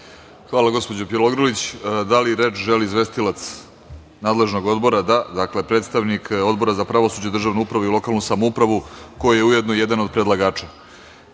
Hvala, gospođo Bjelogrlić. Da li reč želi izvestilac nadležnog odbora? Da. Reč ima predstavnik Odbora za pravosuđe, državnu upravu i lokalnu samoupravu, koji je ujedno i jedan od predlagača,